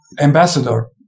ambassador